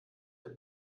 der